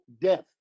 death